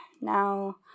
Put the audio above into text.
now